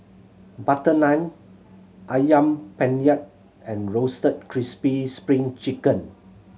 butter naan Ayam Penyet and Roasted Crispy Spring Chicken